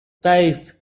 five